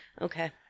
Okay